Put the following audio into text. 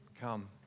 come